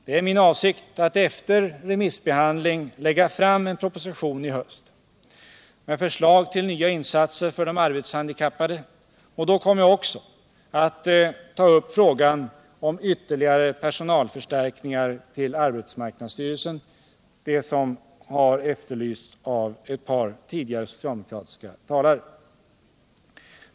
Det är min avsikt att efter remissbehandlingen lägga fram en proposition i höst med förslag om nya insatser för de arbetshandikappade. Då kommer jag också att ta upp frågan om ytterligare personalförstärkningar i arbetsmarknadsstyrelsen, vilket har efterlysts av ett par socialdemokratiska talare.